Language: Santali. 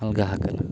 ᱟᱞᱜᱟ ᱟᱠᱟᱱᱟ